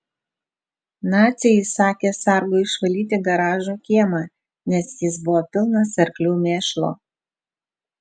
naciai įsakė sargui išvalyti garažo kiemą nes jis buvo pilnas arklių mėšlo